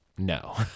no